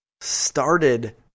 started